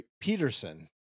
Peterson